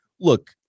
Look